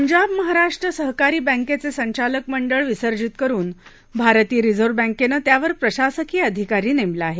पंजाब महाराष्ट्र सहकारी बँकेचे संचालक मंडळ विसर्जित करुन भारतीय रिझर्व बँकेनं त्यावर प्रशासकीय अधिकारी नेमला आहे